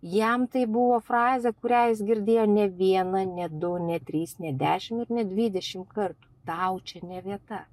jam tai buvo frazė kurią jis girdėjo ne vieną ne du ne tris ne dešimt ir ne dvidešimt kartų tau čia ne vieta